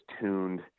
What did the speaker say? tuned